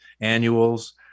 annuals